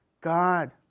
God